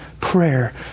prayer